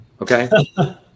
Okay